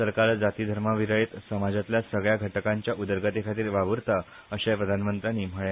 सरकार जातीधर्माविरयत समाजातल्या सगळ्या घटकांच्या उदरगतेखातीर वाव्रता अशेंय प्रधानमंत्र्यांनी म्हळे